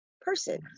person